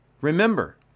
remember